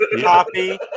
copy